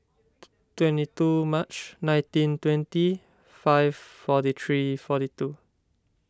twenty two March nineteen twenty five forty three forty two